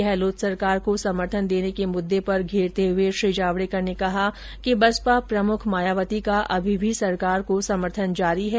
गहलोत सरकार को समर्थन देने के मुददे पर घेरते हुए श्री जावडेकर ने कहा कि बसपा प्रमुख मायावती का अभी भी सरकार को समर्थन जारी है